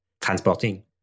transporting